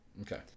Okay